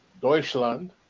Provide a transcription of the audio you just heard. Deutschland